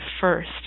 first